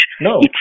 No